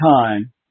time